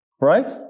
right